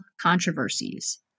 controversies